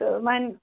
تہٕ وَنۍ